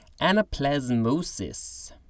Anaplasmosis